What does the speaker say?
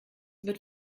wird